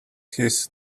his